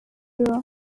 bureau